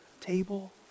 table